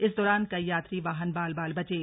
इस दौरान कई यात्री वाहन बाल बाल बचे